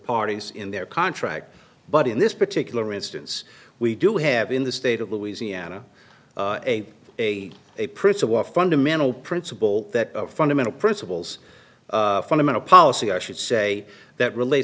parties in their contract but in this particular instance we do have in the state of louisiana a a a principle or fundamental principle that fundamental principles fundamental policy i should say that relate